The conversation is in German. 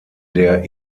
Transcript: der